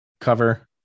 cover